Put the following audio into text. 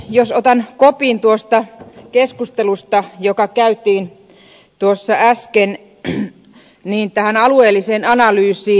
jos otan kopin tuosta keskustelusta joka käytiin tuossa äsken niin tähän alueelliseen analyysiin